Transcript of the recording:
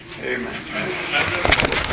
Amen